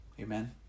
Amen